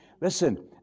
Listen